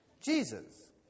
Jesus